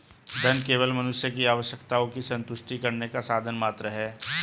धन केवल मनुष्य की आवश्यकताओं की संतुष्टि करने का साधन मात्र है